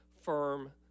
firm